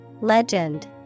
Legend